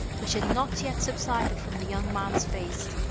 which had not yet subsided from the young man's face,